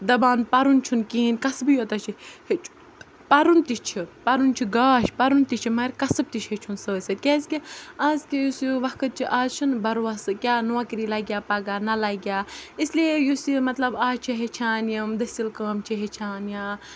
دَپان پَرُن چھُنہٕ کِہیٖنۍ کَسبٕے یوتٕے پَرُن تہِ چھِ پَرُن چھِ گاش پَرُن تہِ چھِ مگر کَسٕب تہِ چھُ ہیٚچھُن سۭتۍ سۭتۍ کیٛازِکہِ اَز تہِ یُس وقت چھِ اَز چھِنہٕ بروسہٕ کیٛاہ نوکری لَگیٛاہ پَگاہ نہ لَگیٛاہ اسلیے یُس یہِ مطلب اَز چھِ ہیٚچھان یِم دٔسِل کٲم چھِ ہیٚچھان یا